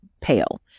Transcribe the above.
pale